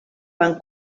van